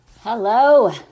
Hello